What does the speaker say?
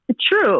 True